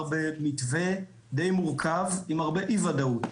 במתווה די מורכב עם הרבה אי וודאות.